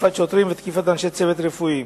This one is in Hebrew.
תקיפת שוטרים ותקיפת אנשי צוות רפואי.